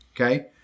Okay